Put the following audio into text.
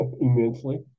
immensely